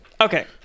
Okay